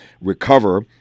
recover